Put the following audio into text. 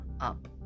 up